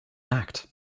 act